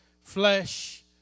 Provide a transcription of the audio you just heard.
flesh